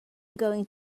going